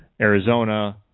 Arizona